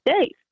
days